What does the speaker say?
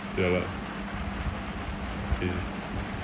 ya lah okay